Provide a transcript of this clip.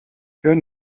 hör